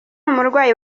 umurwayi